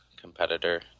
competitor